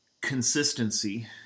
consistency